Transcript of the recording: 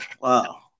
Wow